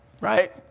right